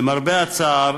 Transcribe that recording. למרבה הצער,